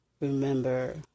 remember